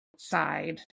side